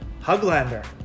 Huglander